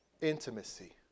Intimacy